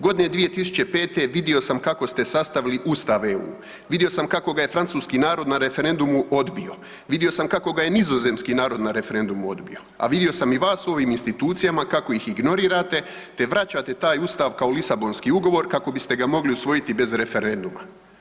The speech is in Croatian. Godine 2005. vidio sam kako ste sastavili ustav EU, vidio sam kako ga je francuski narod na referendumu odbio, vidio sam kako ga je nizozemski narod na referendumu odbio a vidio sam i vas u ovim institucijama kako ih ignorirate, te vraćate taj ustav kao Lisabonski ugovor kako bi ste ga mogli usvojiti bez referenduma.